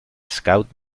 scout